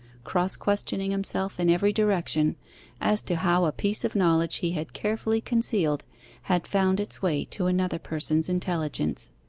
cross-questioning himself in every direction as to how a piece of knowledge he had carefully concealed had found its way to another person's intelligence.